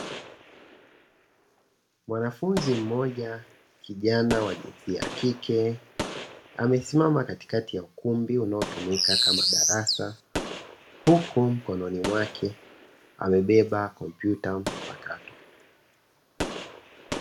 Mwanafunzi mmoja kijana wa jinsia ya kike amesimama katikati ya ukumbi unaotumika kama darasa,, huku mikononi mwake amebeba kompyuta mpakato.